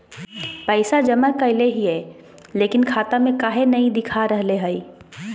पैसा जमा कैले हिअई, लेकिन खाता में काहे नई देखा रहले हई?